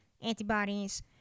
antibodies